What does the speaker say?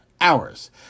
hours